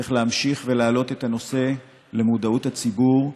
צריך להמשיך ולהעלות את הנושא למודעות הציבור,